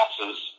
classes